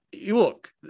look